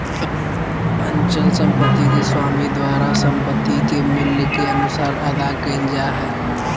अचल संपत्ति के स्वामी द्वारा संपत्ति के मूल्य के अनुसार अदा कइल जा हइ